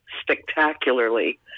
spectacularly